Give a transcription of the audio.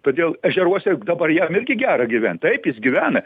todėl ežeruose dabar jam irgi gera gyvent taip jis gyvena